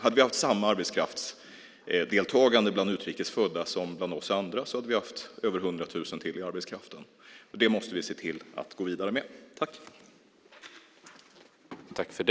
Hade vi haft samma arbetskraftsdeltagande bland utrikes födda som bland oss andra hade vi haft över 100 000 till i arbetskraften. Det måste vi se till att gå vidare med.